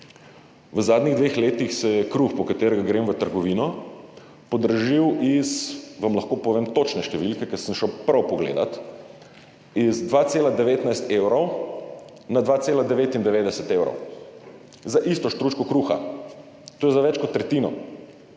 v zadnjih dveh letih se je kruh, po katerega grem v trgovino, podražil, vam lahko povem točne številke, ker sem šel prav pogledat, z 2,19 evra na 2,99 evra za isto štručko kruha. To je za več kot tretjino.